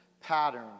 pattern